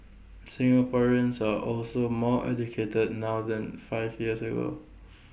Singaporeans are also more educated now than five years ago